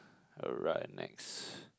alright next